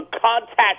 contact